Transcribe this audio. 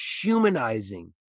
humanizing